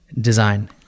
Design